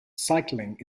cycling